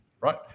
Right